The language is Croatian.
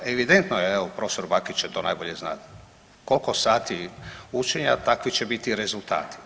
A evidentno je, evo prof. Bakić će to najbolje znati koliko sati učenja takvi će biti rezultati.